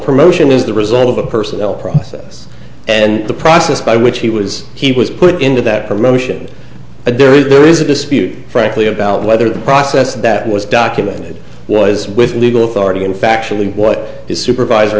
promotion is the result of a personal process and the process by which he was he was put into that promotion but there is there is a dispute frankly about whether the process that was documented was with legal authority in factually what his supervisor